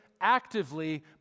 actively